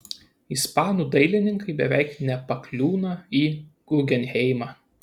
ispanų dailininkai beveik nepakliūna į gugenheimą